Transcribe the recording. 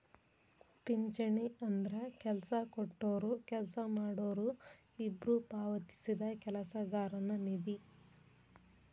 ಪಿಂಚಣಿ ಅಂದ್ರ ಕೆಲ್ಸ ಕೊಟ್ಟೊರು ಕೆಲ್ಸ ಮಾಡೋರು ಇಬ್ಬ್ರು ಪಾವತಿಸಿದ ಕೆಲಸಗಾರನ ನಿಧಿ